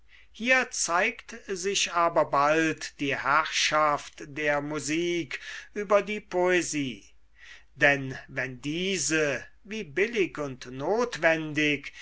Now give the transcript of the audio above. hier zeigt sich aber bald die herrschaft der musik über die poesie denn wenn diese wie billig und notwendig